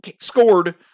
scored